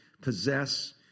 possess